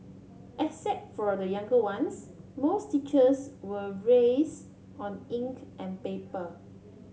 except for the younger ones most teachers were raise on ink and paper